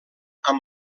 amb